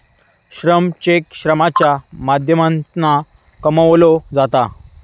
श्रम चेक श्रमाच्या माध्यमातना कमवलो जाता